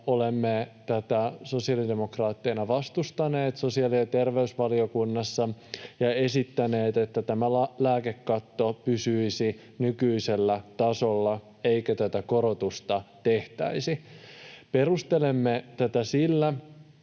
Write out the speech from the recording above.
olemme tätä sosiaalidemokraatteina vastustaneet sosiaali- ja terveysvaliokunnassa ja esittäneet, että tämä lääkekatto pysyisi nykyisellä tasolla eikä tätä korotusta tehtäisi. Perustelemme tätä sillä,